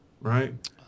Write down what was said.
right